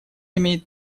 имеет